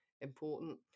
important